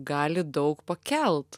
gali daug pakelt